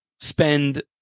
spend